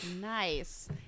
Nice